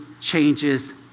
changes